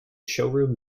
showroom